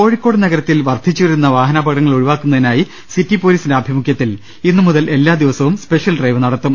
കോഴിക്കോട് നഗരത്തിൽ വർധിച്ചുവരുന്ന വാഹനാ പകടങ്ങൾ ഒഴിവാക്കുന്നതിനായി സിറ്റി പൊലിസിന്റെ ആഭിമുഖ്യത്തിൽ ഇന്ന് മുതൽ എല്ലാ ദിവസവും സ്പെഷ്യൽഡ്രൈവ് നടത്തും